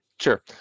sure